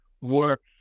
works